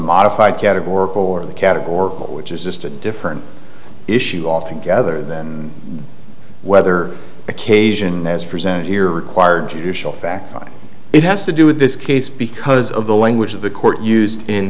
modified categorical or the categorical which is just a different issue altogether than whether occasion as presented here require judicial fact it has to do with this case because of the language of the court used in